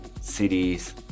cities